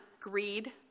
Greed